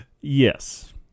Yes